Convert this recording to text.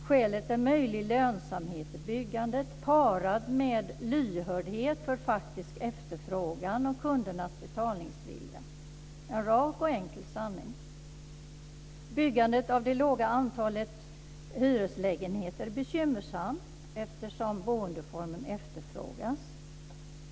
Skälet är möjlig lönsamhet i byggandet, parad med lyhördhet för faktisk efterfrågan och kundernas betalningsvilja - en rak och enkel sanning. Det låga antalet hyreslägenheter som byggs är bekymmersamt, eftersom boendeformen efterfrågas.